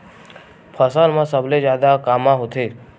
फसल मा सबले जादा कामा होथे?